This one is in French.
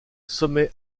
sommet